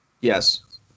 Yes